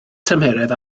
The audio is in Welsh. tymheredd